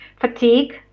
fatigue